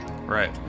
Right